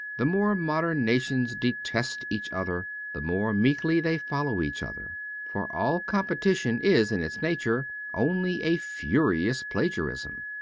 the more modern nations detest each other the more meekly they follow each other for all competition is in its nature only a furious plagiarism.